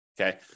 Okay